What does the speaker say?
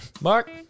Mark